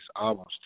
albums